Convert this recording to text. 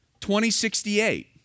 2068